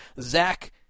Zach